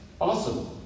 Awesome